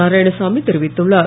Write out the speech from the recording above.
நாராயணசாமி தெரிவித்துள்ளார்